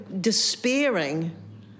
despairing